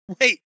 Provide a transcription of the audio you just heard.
Wait